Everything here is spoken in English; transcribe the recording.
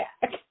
back